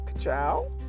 Ciao